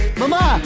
mama